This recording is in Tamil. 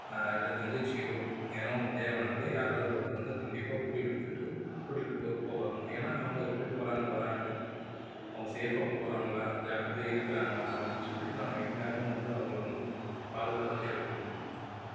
இல்லை தங்கச்சியோ எதனால் ஒன்று தேவைன்னாக்கா யாராவது ஒருத்தர் வந்து கண்டிப்பாக கூட்டிகிட்டு போய்விட்டு கூட்டிகிட்டு பொறுப்பாக வரணும் ஏன்னால் அவங்க எப்படி போகிறாங்க வராங்க அவங்க சேஃப்பாக போகிறாங்களா ஜாக்கிரதையாக இருக்கிறாங்களா அப்படின்னு சொல்லிட்டு நாங்கள் எந்நேரமும் வந்து அவங்கள வந்து பாதுகாத்துகிட்டே இருக்கணும்